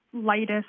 lightest